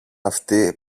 αυτή